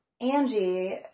Angie